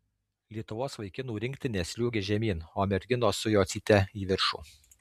lietuvos vaikinų rinktinės sliuogia žemyn o merginos su jocyte į viršų